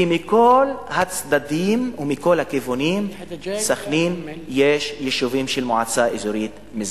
ומכל הצדדים ומכל הכיוונים של סח'נין יש יישובים של מועצה אזורית משגב.